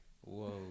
Whoa